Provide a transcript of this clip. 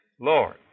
Lord